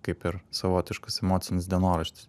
kaip ir savotiškas emocinis dienoraštis